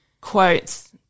quotes